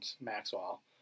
Maxwell